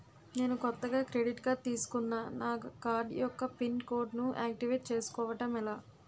నేను కొత్తగా credit card తిస్కున్నా నా కార్డ్ యెక్క పిన్ కోడ్ ను ఆక్టివేట్ చేసుకోవటం ఎలా?